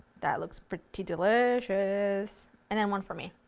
that looks pretty delicious. and then one for me.